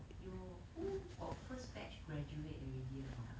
you who got first batch graduate already or not !huh!